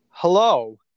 Hello